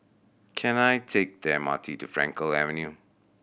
can I take the M R T to Frankel Avenue